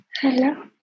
Hello